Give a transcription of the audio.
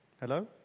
Hello